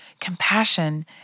compassion